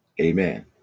Amen